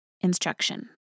instruction